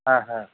হ্যাঁ হ্যাঁ